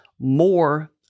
more